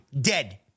Dead